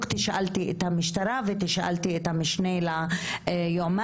תשאלתי את המשטרה ותשאלתי את המשנה ליועמ"שית,